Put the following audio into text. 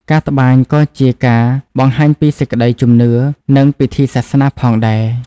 ការត្បាញក៏ជាការបង្ហាញពីសេចក្តីជំនឿ និងពិធីសាសនាផងដែរ។